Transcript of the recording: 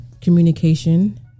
communication